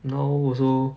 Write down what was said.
now also